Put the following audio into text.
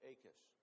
Achish